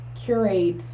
curate